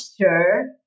sure